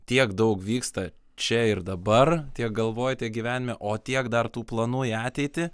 tiek daug vyksta čia ir dabar tiek galvoj tiek gyvenime o tiek dar tų planų į ateitį